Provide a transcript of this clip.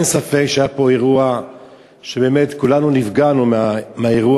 אין ספק שהיה פה אירוע שכולנו נפגענו ממנו.